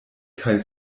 kaj